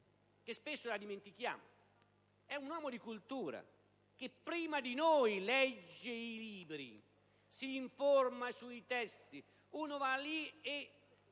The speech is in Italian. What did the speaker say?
che spesso dimentichiamo. È un uomo di cultura che, prima di noi, legge i libri e si informa sui testi. Chi desidera